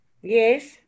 Yes